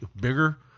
bigger